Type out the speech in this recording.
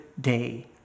day